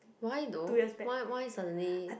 why though why why suddenly